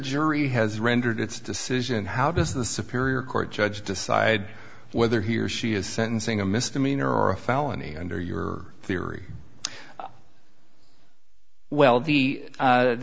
jury has rendered its decision how does the superior court judge decide whether he or she is sentencing a misdemeanor or a felony under your theory well the